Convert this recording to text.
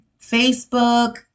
facebook